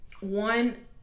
one